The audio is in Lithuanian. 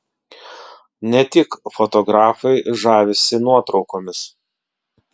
ne tik fotografai žavisi nuotraukomis